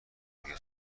دیگه